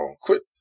Quit